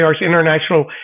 International